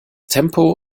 tempo